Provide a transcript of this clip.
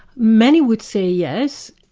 many would say, yes.